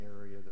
area